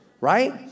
right